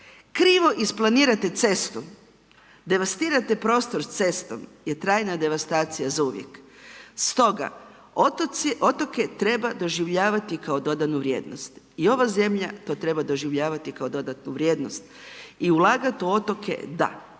Krivo isplanirate cestu, devastirate prostor s cestom je trajna devastacija zauvijek. Stoga otoke treba doživljavati kao dodanu vrijednost. I ova zemlja to treba doživljavati kao dodatnu vrijednost i ulagat u otoke, da.